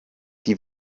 die